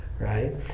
right